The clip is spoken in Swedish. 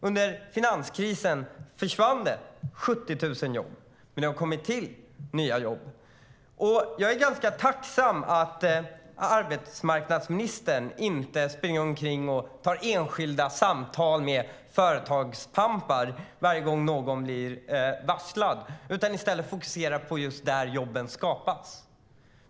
Under finanskrisen försvann 70 000 jobb, men nya jobb har kommit till. Jag är ganska tacksam att arbetsmarknadsministern inte springer omkring och har enskilda samtal med företagspampar varje gång någon blir varslad utan i stället fokuserar där jobben skapas.